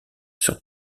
sur